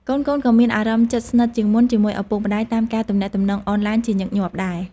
កូនៗក៏មានអារម្មណ៍ជិតស្និទ្ធជាងមុនជាមួយឪពុកម្តាយតាមការទំនាក់ទំនងអនឡាញជាញឹកញាប់ដែរ។